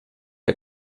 der